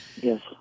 Yes